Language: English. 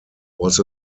was